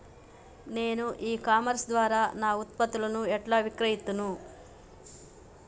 నేను e commerce ద్వారా నా ఉత్పత్తులను ఎట్లా విక్రయిత్తను?